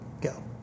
go